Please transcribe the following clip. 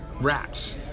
Rats